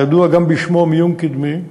הידוע גם בשמו מיון קדמי,